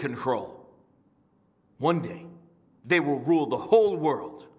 control one day they will grill the whole world